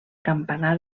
campanar